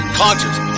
concerts